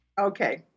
Okay